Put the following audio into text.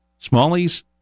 smallies